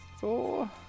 Four